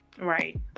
Right